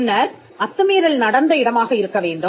முன்னர் அத்துமீறல் நடந்த இடமாக இருக்க வேண்டும்